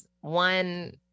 one